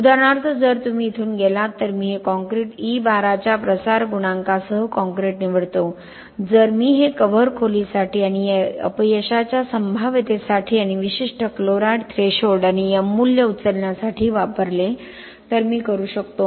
उदाहरणार्थ जर तुम्ही इथून गेलात तर मी हे कॉंक्रिट e 12 च्या प्रसार गुणांकासह कॉंक्रिट निवडतो जर मी हे कव्हर खोलीसाठी आणि या अपयशाच्या संभाव्यतेसाठी आणि विशिष्ट क्लोराईड थ्रेशोल्ड आणि m मूल्य उचलण्यासाठी वापरले तर मी करू शकतो